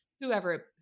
whoever